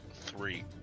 three